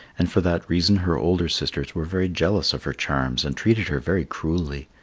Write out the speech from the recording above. and for that reason her older sisters were very jealous of her charms and treated her very cruelly.